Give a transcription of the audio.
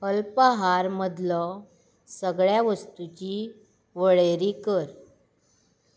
अल्पहार मदल्या सगळ्या वस्तुची वळेरी कर